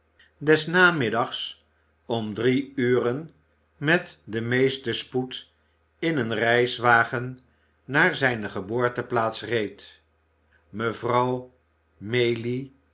des namiddags om drie uren met den meesten spoed in een reiswagen naar zijne geboorteplaats reed mevrouw maylie